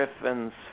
Griffin's